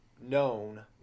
known